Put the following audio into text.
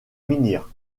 menhir